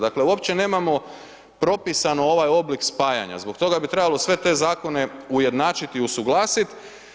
Dakle, uopće nemamo propisano ovaj oblik spajanja, zbog toga bi trebalo sve te zakone ujednačiti i usuglasit.